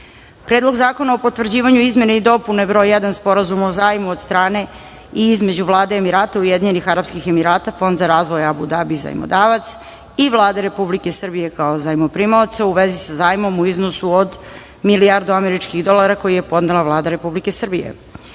Predlog zakona o potvrđivanju Izmene i dopune br. 1 Sporazuma o zajmu od strane i između Vlade Emirata Ujedinjenih Arapskih Emirata Fond za razvoj Abu Dabi (Zajmodavac) i Vlade Republike Srbije (Zajmoprimac) u vezi sa zajmom u iznosu od 1.000.000.000 američkih dolara, koji je podnela Vlada Republike Srbije;20.